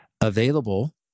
available